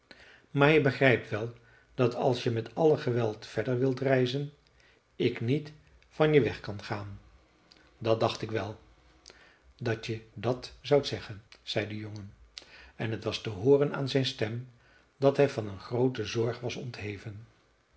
maar je begrijpt wel dat als je met alle geweld verder wilt reizen ik niet van je kan weggaan dat dacht ik wel dat je dat zoudt zeggen zei de jongen en t was te hooren aan zijn stem dat hij van een groote zorg was ontheven